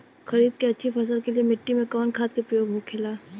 खरीद के अच्छी फसल के लिए मिट्टी में कवन खाद के प्रयोग होखेला?